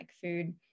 food